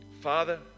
Father